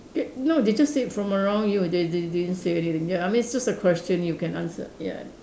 get no they just say from around you they they they didn't say anything ya I mean it's just a question you can answer ya